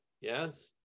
yes